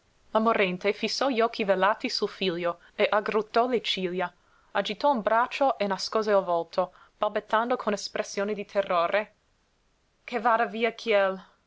la morente fissò gli occhi velati sul figlio e aggrottò le ciglia agitò un braccio e nascose il volto balbettando con espressione di terrore ch a vada via chiel